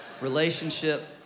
Relationship